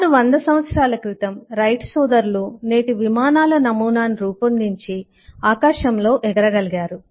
సుమారు100 సంవత్సరాల క్రితం రైట్ సోదరులు నేటి విమానాల నమూనాను రూపొందించి ఆకాశంలో ఎగర గలిగారు